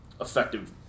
effective